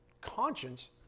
conscience